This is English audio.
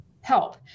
help